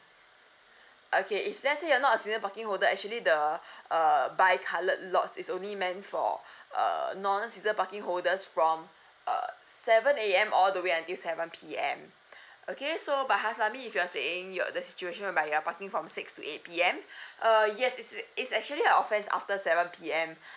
okay if let's say you're not a season parking holder actually the err bi coloured lots is only meant for err non season parking holders from err seven A_M all the way until seven P_M okay so but haslami if you're saying you're this situation by you're parking from six to eight P_M uh yes it's it it's actually an offence after seven P_M